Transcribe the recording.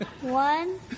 One